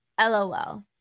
LOL